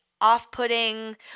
off-putting